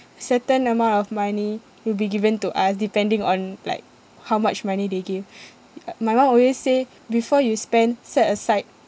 certain amount of money will be given to us depending on like how much money they give uh my mum always say before you spend set aside